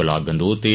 block Gandoh ते